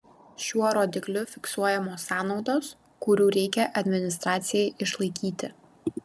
šiuo rodikliu fiksuojamos sąnaudos kurių reikia administracijai išlaikyti